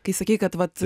kai sakei vat